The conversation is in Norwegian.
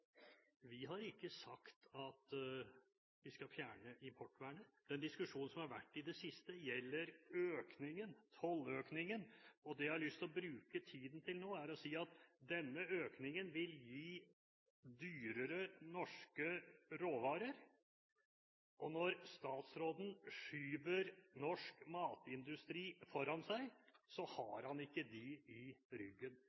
vi har ikke sagt at vi skal fjerne importvernet. Den diskusjonen som har vært i det siste, gjelder økningen – tolløkningen – og det jeg har lyst til å bruke tiden til nå, er å si at denne økningen vil gi dyrere norske råvarer. Når statsråden skyver norsk matindustri foran seg,